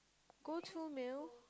go to meal